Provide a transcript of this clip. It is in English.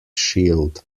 shield